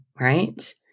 right